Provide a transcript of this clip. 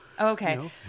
Okay